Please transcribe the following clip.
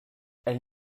elle